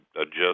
adjust